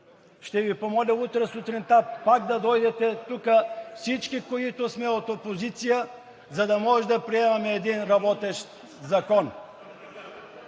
ще Ви помоля утре сутринта пак да дойдете тук всички, които сме от опозиция, за да може да приемем един работещ закон.